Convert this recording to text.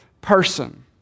person